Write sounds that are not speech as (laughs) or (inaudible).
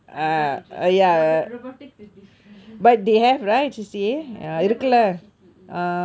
I'm not interested robo~ robotics is different (laughs) ya they have a lot of C_C_A